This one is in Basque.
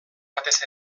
batez